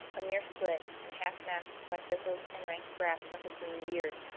a mere slit, and half masked by thistles and rank grass like a green beard.